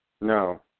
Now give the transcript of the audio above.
No